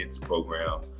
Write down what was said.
program